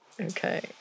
Okay